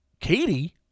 Katie